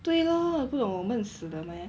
对咯他不懂我闷死的 meh